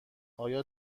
آیا